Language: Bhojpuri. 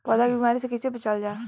पौधा के बीमारी से कइसे बचावल जा?